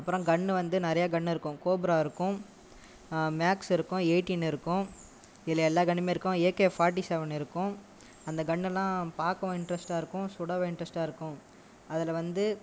அப்புறம் கன் வந்து நிறைய கன் இருக்கும் கோப்ரா இருக்கும் மேக்ஸ் இருக்கும் எயிட்டின் இருக்கும் இதில் எல்லா கன்னுமே இருக்கும் ஏகே ஃபார்ட்டி சவென் இருக்கும் அந்த கன்னுலாம் பார்க்கவும் இன்ட்ரஸ்டாக இருக்கும் சுடவும் இன்ட்ரஸ்டாக இருக்கும் அதில் வந்து